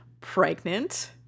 Pregnant